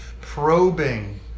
probing